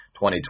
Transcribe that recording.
2020